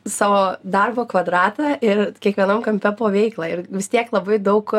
savo darbo kvadratą ir kiekvienam kampe po veiklą ir vis tiek labai daug